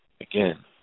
Again